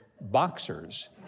boxers